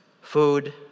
food